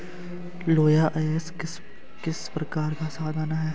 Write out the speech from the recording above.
लौह अयस्क किस प्रकार का संसाधन है?